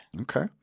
Okay